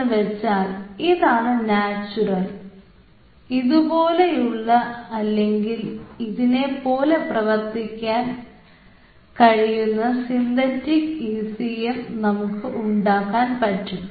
എന്ന് വെച്ചാൽ ഇതാണ് നാച്ചുറൽ ഇതുപോലെയുള്ള അല്ലെങ്കിൽ ഇതിനെ പോലെ പ്രവർത്തിക്കുന്ന സിന്തറ്റിക് ഈസിഎം നമുക്ക് ഉണ്ടാക്കാൻ പറ്റും